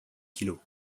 kilos